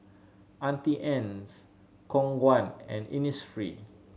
Auntie Anne's Khong Guan and Innisfree